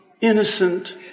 innocent